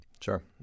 Sure